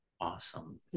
awesome